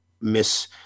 miss